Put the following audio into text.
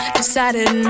decided